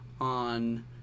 On